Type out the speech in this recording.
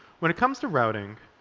when it comes to routing,